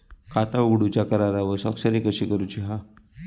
खाता उघडूच्या करारावर स्वाक्षरी कशी करूची हा?